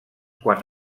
quants